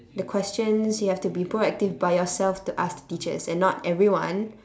the questions you have to be proactive by yourself to ask the teachers and not everyone